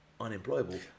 unemployable